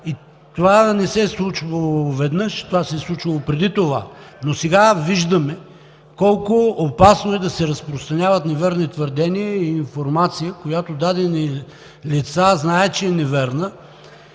Това не се е случвало веднъж, това се е случвало преди това, но сега виждаме колко опасно е да се разпространяват неверни твърдения и информация, която дадени лица знаят, че е невярна